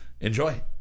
enjoy